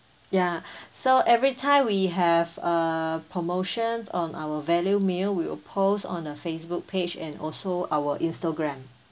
ya so every time we have uh promotions on our value meal we will post on uh Facebook page and also our Instagram